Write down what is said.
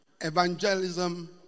Evangelism